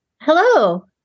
Hello